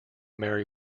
mary